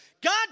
God